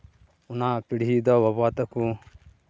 ᱚᱱᱟ ᱯᱤᱲᱦᱤ ᱫᱚ ᱵᱟᱵᱟ ᱛᱟᱠᱚ